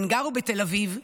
הן גרו בתל אביב,